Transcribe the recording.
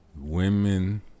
Women